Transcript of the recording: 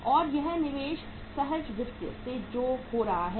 और यह निवेश सहज वित्त से हो रहा है